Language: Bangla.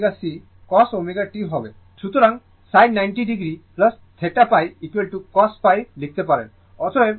সুতরাং sin 90 o θπ cos লিখতে পারেন